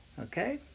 okay